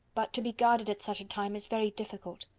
but to be guarded at such a time is very difficult.